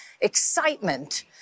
excitement